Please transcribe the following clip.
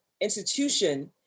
institution